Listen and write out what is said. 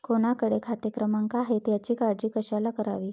कोणाकडे खाते क्रमांक आहेत याची काळजी कशाला करावी